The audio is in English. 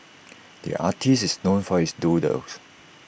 the artist is known for his doodles